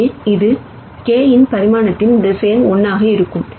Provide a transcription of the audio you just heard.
எனவே இது k இன் பரிமாணத்தின் வெக்டார் 1 ஆக இருக்கும்